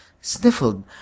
sniffled